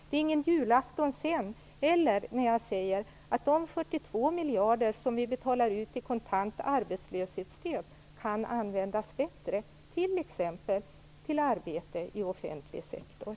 Det är inte heller någon julafton när jag säger att de 42 miljarder som vi betalar ut i kontant arbetslöshetsstöd kan användas bättre - t.ex. till arbete i offentlig sektor.